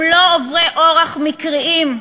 הם לא עוברי אורח מקריים,